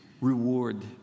reward